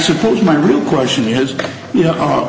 suppose my real question is you know